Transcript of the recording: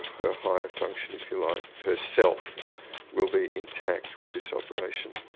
her higher function, if you like. her self will be intact with this operation.